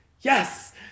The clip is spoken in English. yes